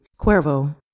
Cuervo